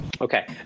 Okay